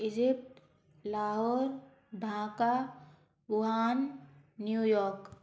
Egypt Lahore Dhaka Wuhan New York